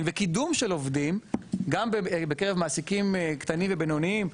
וקידום של עובדים גם בקרב מעסיקים קטנים ובינוניים.